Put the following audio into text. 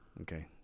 Okay